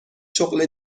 شغل